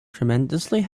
tremendously